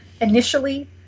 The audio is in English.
initially